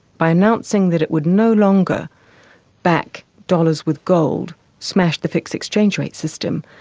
by announcing that it would no longer back dollars with gold, smashed the fixed exchange rate system,